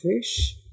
fish